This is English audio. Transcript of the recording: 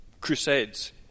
Crusades